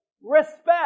Respect